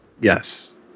Yes